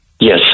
Yes